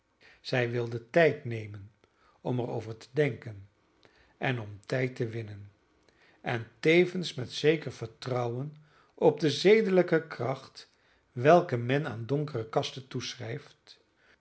zij wilde tijd nemen om er over te denken en om tijd te winnen en tevens met zeker vertrouwen op de zedelijke kracht welke men aan donkere kasten